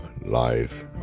life